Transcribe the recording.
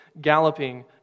galloping